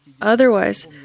Otherwise